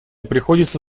приходится